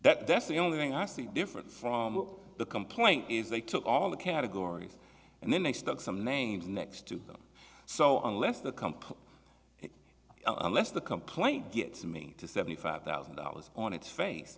that that's the only thing i see different from the complaint is they took all the categories and then they stuck some names next to them so unless the company i'm left the complaint gets me to seventy five thousand dollars on its face